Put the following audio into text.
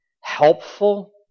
helpful